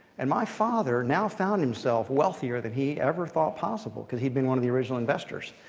and my father now found himself wealthier than he ever thought possible, because he'd been one of the original investors.